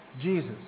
Jesus